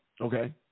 Okay